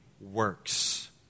works